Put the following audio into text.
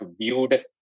viewed